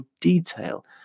detail